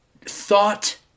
thought